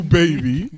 baby